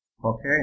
Okay